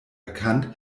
erkannt